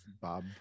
Bob